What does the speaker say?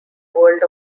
world